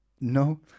No